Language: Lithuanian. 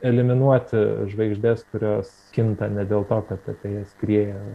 eliminuoti žvaigždes kurios kinta ne dėl to kad apie jas skrieja